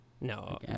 No